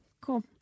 cool